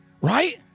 right